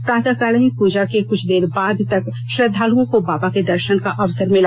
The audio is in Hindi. प्रातःकालीन प्रजा के कुछ देर बाद तक श्रद्दालुओं को बाबा के दर्शन का अवसर मिला